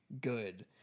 good